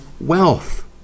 wealth